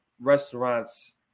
restaurants